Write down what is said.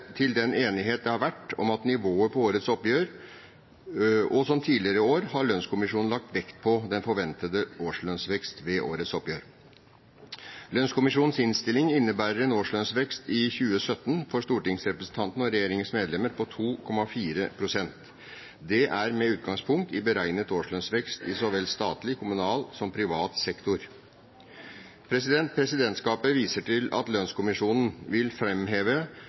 til den enighet det har vært om nivået på årets oppgjør. Som i tidligere år har lønnskommisjonen lagt vekt på den forventede årslønnsvekst ved årets oppgjør. Lønnskommisjonens innstilling innebærer en årslønnsvekst i 2017 for stortingsrepresentantene og regjeringens medlemmer på 2,4 pst. Det er med utgangspunkt i beregnet årslønnsvekst i så vel statlig og kommunal som privat sektor. Presidentskapet viser til at lønnskommisjonen vil